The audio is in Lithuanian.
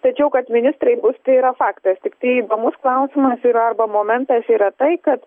tačiau kad ministrai bus tai yra faktas tiktai įdomus klausimas yra arba momentas yra tai kad